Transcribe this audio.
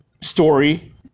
story